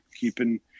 keeping